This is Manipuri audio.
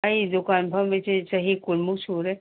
ꯑꯩ ꯗꯨꯀꯥꯟ ꯐꯝꯕꯁꯦ ꯆꯍꯤ ꯀꯨꯟꯃꯨꯛ ꯁꯨꯔꯦ